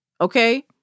okay